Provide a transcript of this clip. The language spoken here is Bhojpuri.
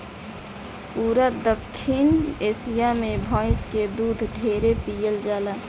पूरा दखिन एशिया मे भइस के दूध ढेरे पियल जाला